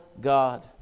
God